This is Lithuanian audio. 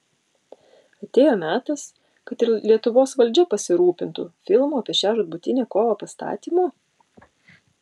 atėjo metas kad ir lietuvos valdžia pasirūpintų filmų apie šią žūtbūtinę kovą pastatymu